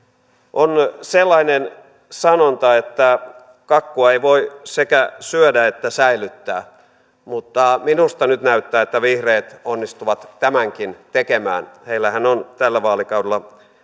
on sellainen sanonta että kakkua ei voi sekä syödä että säilyttää mutta minusta nyt näyttää että vihreät onnistuvat tämänkin tekemään heillähän on tällä vaalikaudella